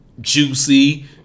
juicy